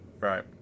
right